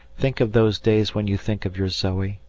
think of those days when you think of your zoe.